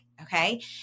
okay